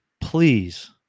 please